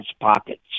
pockets